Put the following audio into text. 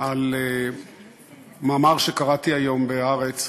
על מאמר שקראתי היום ב"הארץ"